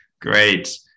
Great